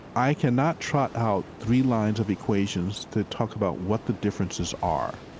i cannot trot out three lines of equations to talk about what the differences are.